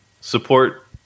Support